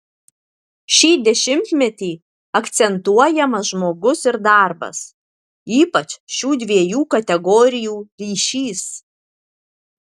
šį dešimtmetį akcentuojamas žmogus ir darbas ypač šių dviejų kategorijų ryšys